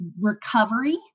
recovery